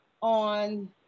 on